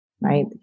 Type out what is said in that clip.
right